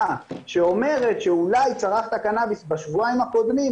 שאומרת שאולי צרכת קנאביס בשבועיים הקודמים,